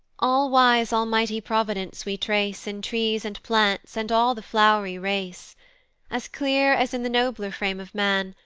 all-wise almighty providence we trace in trees, and plants, and all the flow'ry race as clear as in the nobler frame of man,